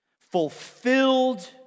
fulfilled